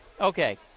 Okay